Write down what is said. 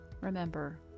Remember